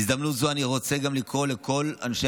בהזדמנות זו אני גם רוצה לקרוא לכל אנשי